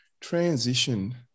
transition